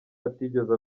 atigeze